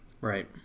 Right